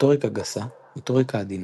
מוטוריקה גסה, מוטוריקה עדינה,